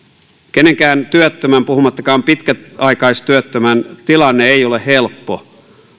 kenenkään työttömän puhumattakaan pitkäaikaistyöttömän tilanne ei ole helppo